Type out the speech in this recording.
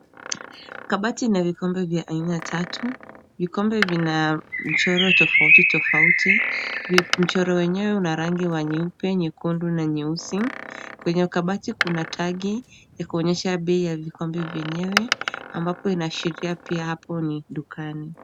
Kabati ina vikombe ya aina tatu. Vikombe vina mchoro tofauti tofauti, mchoro wenyewe una rangi wa nyeupe, nyekundu na nyeusi. Kwenye kabati kuna tagi ya kuonyesha bei ya vikombe vyenyewe ambapo inaashiria pia hapo ni dukani.